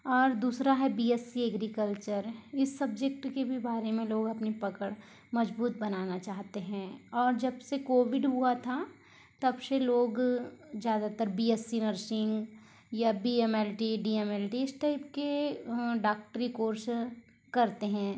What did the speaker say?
और दूसरा है बी एससी एग्रीकल्चर है इस सब्जेक्ट के भी बारे में लोग अपनी पकड़ मज़बूत बनाना चाहते हैं और जब से कोविड हुआ था तब से लोग ज़यादातर बी एससी नर्सिंग या बी एमएलटी डी एमएलटी इस टाइप के डॉक्टरी कोर्स करते हैं